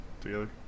together